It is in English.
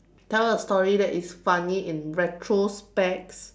tell a story that is funny in retrospect